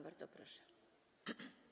Bardzo proszę.